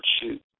shoot